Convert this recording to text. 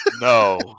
No